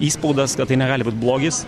įspaudas kad tai negali būt blogis